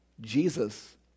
Jesus